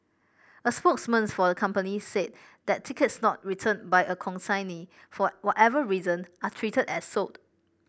a spokesman for the company said that tickets not returned by a consignee for whatever reason are treated as sold